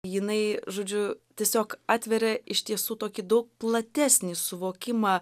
jinai žodžiu tiesiog atveria iš tiesų tokį daug platesnį suvokimą